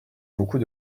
beaucoup